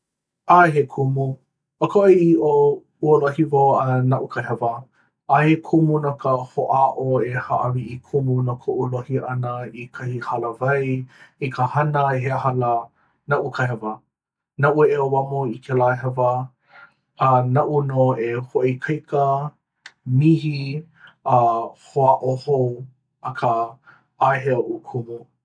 ʻaʻahe kumu ʻo ka ʻoiaʻiʻo ua lohi wau a naʻu ka hewa ʻaʻahe kumu no ka hoʻāʻo e haʻawi i kumu no koʻu lohi ʻana i kahi hālāwai, i ka hana he aha lā naʻu ka hewa naʻu e ʻauamo i kēlā hewa a naʻu nō e hoʻoikaika, mihi, a hoʻāʻo hou. Akā ʻaʻohe oʻu kumu.